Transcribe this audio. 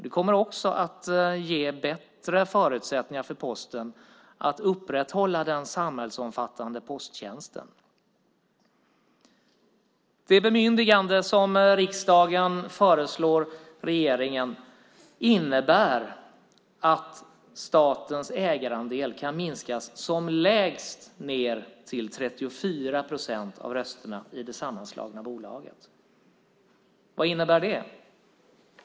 Det kommer också att ge Posten bättre förutsättningar för att upprätthålla den samhällsomfattande posttjänsten. Det bemyndigande som riksdagen föreslår regeringen innebär att statens ägarandel kan minskas som lägst till 34 procent av rösterna i det sammanslagna bolaget. Vad innebär det?